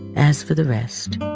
as for the rest,